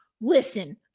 listen